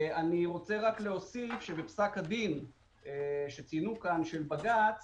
בפסק הדין של בג"ץ